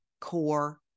core